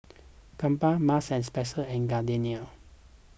Kappa Marks and Spencer and Gardenia